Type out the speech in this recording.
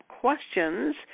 questions